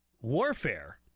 warfare